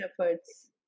efforts